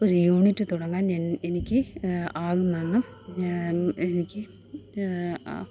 ഒരു യൂണിറ്റ് തുടങ്ങാൻ ഞാൻ എനിക്ക് ആകുമെന്ന് എനിക്ക് ആ